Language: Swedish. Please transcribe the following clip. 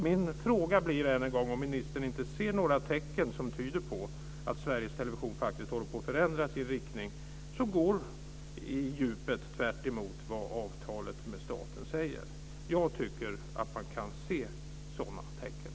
Min fråga blir om ministern inte ser några tecken som tyder på att Sveriges Television håller på att förändras i en riktning som går tvärtemot vad avtalet med staten säger. Jag tycker att man kan se sådana tecken.